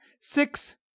six